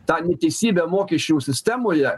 tą teisybę mokesčių sistemoje